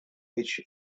which